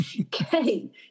okay